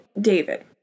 David